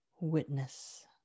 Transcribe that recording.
witness